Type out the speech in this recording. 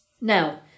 Now